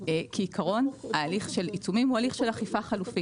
כעיקרון ההליך של עיצומים הוא הליך של אכיפה חלופית,